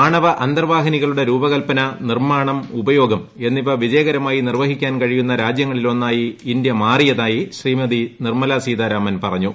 ആണവ അന്തർവാഹിനികളുടെ രൂപകൽപന നിർമ്മാണം ഉപയോഗം എന്നിവ വിജയകരമായി നിർവഹിക്കാൻ കഴിയുന്ന രാജ്യങ്ങളിലൊന്നായി ഇന്ത്യ മാറിയതായി ശ്രീമതി നിർമ്മലാ സീതാരാമൻ പറഞ്ഞു